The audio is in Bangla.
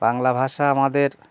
বাংলা ভাষা আমাদের